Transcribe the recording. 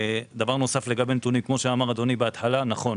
דבר נוסף לגבי הנתונים: כמו שאמר אדוני בהתחלה כיום,